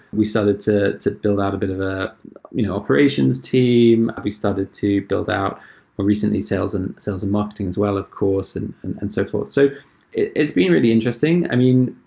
we started to to build out a bit of an ah you know operations team. ah we started to build out recently sales and sales and marketing as well, of course, and and and so forth. so it's been really interesting. i mean,